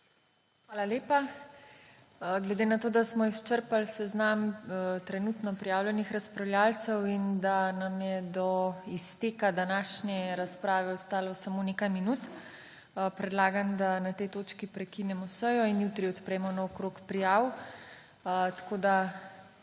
Hvala lepa. Glede na to, da smo izčrpali seznam trenutno prijavljenih razpravljavcev in da nam je do izteka današnje razprave ostalo samo nekaj minut, predlagam, da na tej točki prekinemo sejo in jutri odpremo nov krog prijav. Naj še